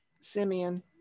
Simeon